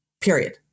period